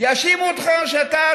יאשימו אותך שאתה,